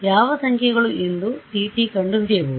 ಯಾವ ಸಂಖ್ಯೆಗಳು ಎಂದು Tt ಕಂಡುಹಿಡಿಯಬಹುದು